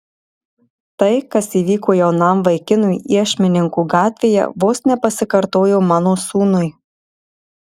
tai kas įvyko jaunam vaikinui iešmininkų gatvėje vos nepasikartojo mano sūnui